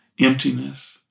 emptiness